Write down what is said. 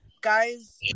guys